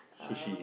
sushi